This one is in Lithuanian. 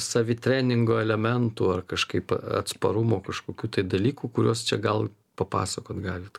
savitreningo elementų ar kažkaip atsparumo kažkokių tai dalykų kuriuos čia gal popasakot galit